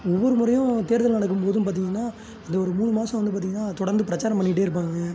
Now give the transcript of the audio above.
ஒவ்வொரு முறையும் தேர்தல் நடக்கும் போதும் பார்த்தீங்கன்னா அந்த ஒரு மூணு மாதம் வந்து பார்த்தீங்கன்னா தொடர்ந்து பிரச்சாரம் பண்ணிகிட்டே இருப்பாங்க